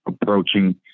approaching